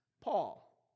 Paul